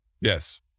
yes